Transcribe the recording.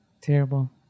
Terrible